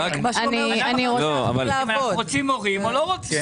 אנחנו צריכים להחליט אם אנחנו רוצים מורים או לא רוצים.